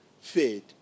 faith